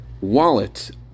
wallet